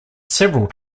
several